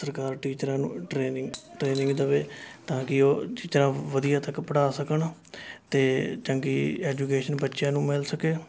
ਸਰਕਾਰ ਟੀਚਰਾਂ ਨੂੰ ਟ੍ਰੇਨਿੰਗ ਟ੍ਰੇਨਿੰਗ ਦੇਵੇ ਤਾਂ ਕਿ ਉਹ ਜ ਵਧੀਆ ਤੱਕ ਪੜ੍ਹਾ ਸਕਣ ਅਤੇ ਚੰਗੀ ਐਜੂਕੇਸ਼ਨ ਬੱਚਿਆਂ ਨੂੰ ਮਿਲ ਸਕੇ